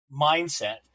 mindset